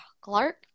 Clark